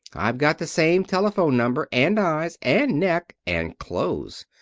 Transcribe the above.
i've got the same telephone number and eyes and neck and clothes.